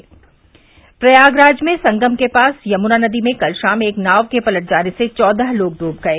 से से प्रयागराज में संगम के पास यमुना नदी में कल शाम एक नाव के पलट जाने से चौदह तोग डूब गये